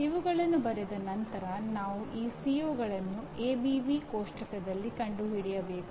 ಇವುಗಳನ್ನು ಬರೆದ ನಂತರ ನಾವು ಈ ಸಿಒಗಳನ್ನು ಕೋಷ್ಟಕದಲ್ಲಿ ಕಂಡುಹಿಡಿಯಬೇಕು